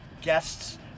guests